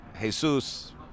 Jesus